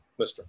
Mr